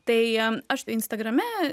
tai aš instagrame